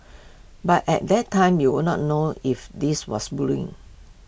but at that time you would not know if this was bullying